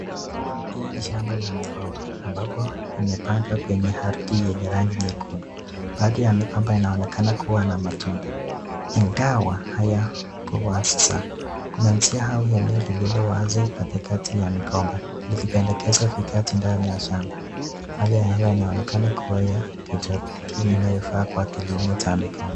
Hii ni shamba la migomba ambapo imepandwa kwenye ardhi yenye rangi nyekundu. Baadhi ya migomba inaonekana kuwa na matunda ingawa hayakuwa saa. Kuna njia au eneo lililowazi katikati ya migomba likipendekeza vikatu ndani ya shamba. Hali ya hewa inaonekana kuwa la kitropiki inayofaa kwa kilimo cha migomba